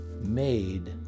Made